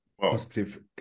positive